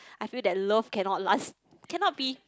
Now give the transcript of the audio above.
I feel that love cannot last cannot be